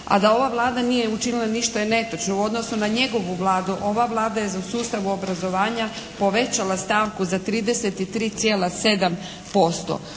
A da ova Vlada nije učinila ništa je netočno. U odnosu na njegovu Vladu ova Vlada je u sustavu obrazovanja povećala stavku za 33,7%.